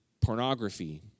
pornography